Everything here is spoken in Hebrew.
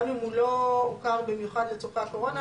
גם אם הוא לא הוכר במיוחד לצורכי הקורונה,